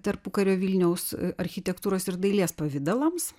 tarpukario vilniaus architektūros ir dailės pavidalams